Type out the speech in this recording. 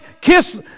Kiss